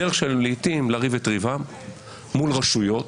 הדרך שלהם לעתים לריב את ריבם מול רשויות